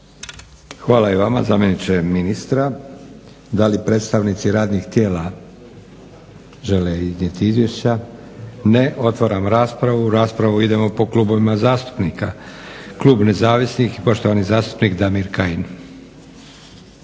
Hvala i vama zamjeniče ministra. Da li predstavnici radnih tijela žele iznijeti izvješća? Ne. Otvaram raspravu. U raspravu idemo po klubovima zastupnika. Klub nezavisnih i poštovani zastupnik Damir Kajin.